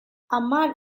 hamar